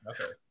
Okay